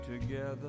together